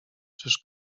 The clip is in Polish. czyż